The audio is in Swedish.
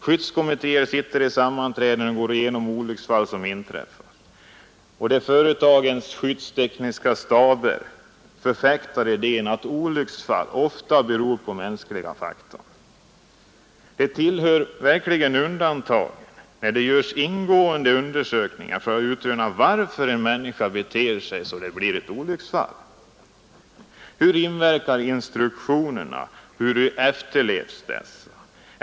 Skyddskommittéer sitter i sammanträden och går igenom olycksfall som inträffat, och företagens skyddstekniska staber förfäktar då idén att olycksfall ofta beror på den mänskliga faktorn. Det tillhör verkligen undantagen att det görs ingående undersökningar för att utröna varför en människa beter sig så att det blir ett olycksfall. Hur inverkar instruktionerna, hur efterlevs dessa?